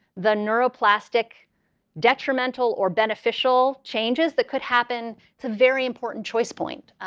the neural plastic detrimental or beneficial changes that could happen it's a very important choice point.